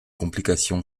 complication